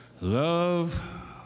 love